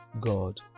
God